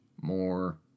more